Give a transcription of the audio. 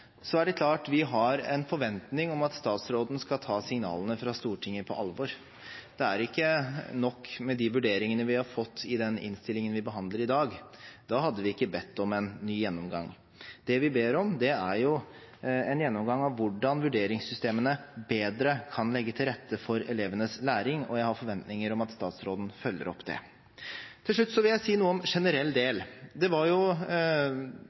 er det klart at vi har en forventning om at statsråden skal ta signalene fra Stortinget på alvor. Det er ikke nok med de vurderingene vi har fått i den innstillingen vi behandler i dag. Da hadde vi ikke bedt om en ny gjennomgang. Det vi ber om, er en gjennomgang av hvordan vurderingssystemene bedre kan legge til rette for elevenes læring, og jeg har forventninger om at statsråden følger opp det. Til slutt vil jeg si noe om generell del. Det var